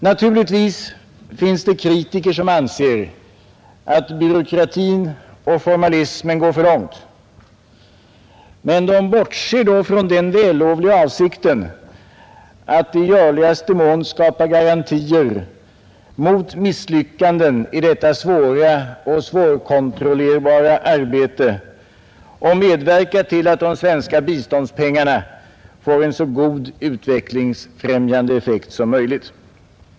Naturligtvis finns det kritiker som anser att byråkratin och formalismen går för långt. Men de bortser då från att den vällovliga avsikten är att i görligaste mån skapa garantier mot misslyckanden i detta svåra och svårkontrollerbara arbete och medverka till att de svenska biståndspengarna får en så god utvecklingsfrämjande effekt som möjligt.